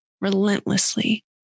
relentlessly